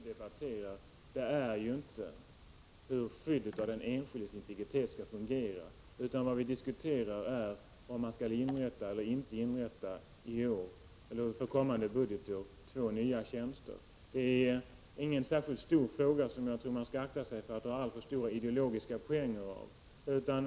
Herr talman! Det som vi har anledning att just nu debattera är inte hur skyddet för den enskildes integritet skall vara utformat, utan om man skall eller inte skall inrätta två nya tjänster för kommande budgetår. Det är ingen särskilt stor fråga, och jag menar att man inte skall försöka att ideologiskt vinna några poäng i detta sammanhang.